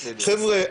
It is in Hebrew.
חבר'ה,